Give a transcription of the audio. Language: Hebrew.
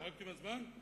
חרגתי בזמן?